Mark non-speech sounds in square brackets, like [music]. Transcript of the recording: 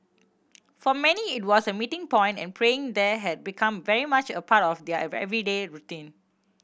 for many it was a meeting point and praying there had become very much a part of their [unintelligible] everyday routine